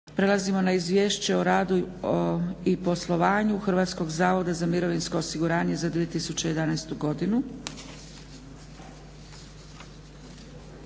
rasprave je Izvješće o radu i poslovanju Hrvatskog zavoda za mirovinsko osiguranje za 2011. godinu.